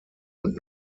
und